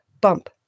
bump